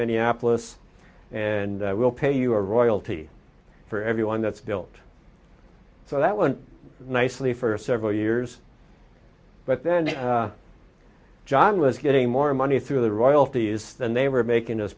minneapolis and we'll pay you a royalty for every one that's built so that one nicely for several years but then john was getting more money through the royalties than they were making